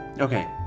Okay